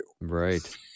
Right